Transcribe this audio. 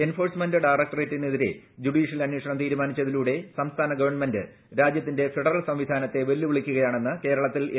enforce മെന്റ് ഡയറക്ടറേറ്റിനെതിരെ judicial അന്വേഷണം തീരുമാനി ച്ചതിലൂടെ സംസ്ഥാന ഗവൺമെന്റ് രാജ്യത്തിന്റെ ഫെഡറൽ സംവിധാനത്തെ വെല്ലുവിളിക്കുകയാണെന്ന് കേരളത്തിൽ എൻ